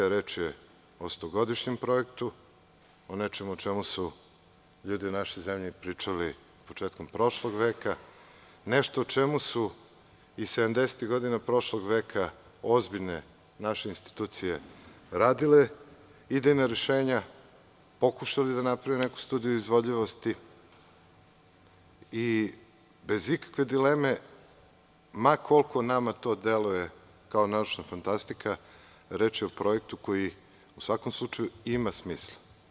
Reč je o stogodišnjem projektu, o nečemu o čemu su ljudi u našoj zemlji pričali početkom prošlog veka, nešto o čemu su i 70-tih godina prošlog veka ozbiljne naše institucije radile idejna rešenja, pokušali da naprave neku studiju izvodljivosti i bez ikakve dileme ma koliko nama deluje to kao naučna fantastika, reč je o projektu koji u svakom slučaju ima smisla.